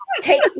take